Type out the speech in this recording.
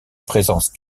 présence